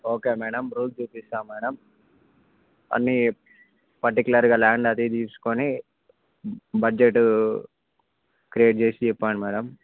okay madam road చూపిస్తాము madam అన్ని పర్టికులర్గా ల్యాండ్ అది చూసుకుని బడ్జెట్ క్రియేట్ చేసి చెప్పండి మేడం